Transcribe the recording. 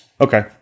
Okay